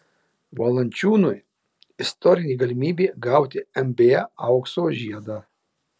valančiūnui istorinė galimybė gauti nba aukso žiedą